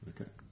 Okay